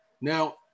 Now